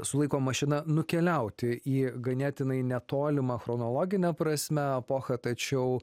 su laiko mašina nukeliauti į ganėtinai netolimą chronologine prasme epochą tačiau